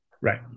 right